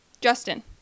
Justin